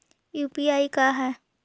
UPI का है?